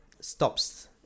Stops